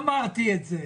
לא אמרתי את זה.